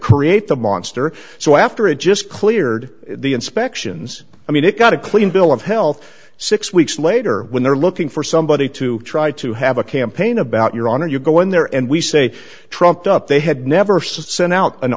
create the monster so after it just cleared the inspections i mean it got a clean bill of health six weeks later when they're looking for somebody to try to have a campaign about your honor you go in there and we say trumped up they had never sent out an